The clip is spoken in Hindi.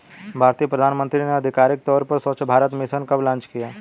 भारतीय प्रधानमंत्री ने आधिकारिक तौर पर स्वच्छ भारत मिशन कब लॉन्च किया?